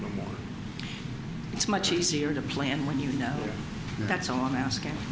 no more it's much easier to plan when you know that's on ask